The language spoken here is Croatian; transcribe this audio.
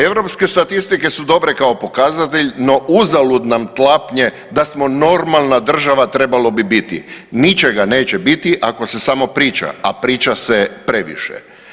Europske statistike su dobre kao pokazatelj, no uzalud nam tlapnje da smo normalna država trebalo bi biti, ničega neće biti ako se samo priča, a priča se previše.